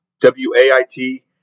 w-a-i-t